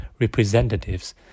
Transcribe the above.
representatives